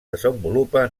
desenvolupa